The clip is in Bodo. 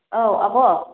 औ आब'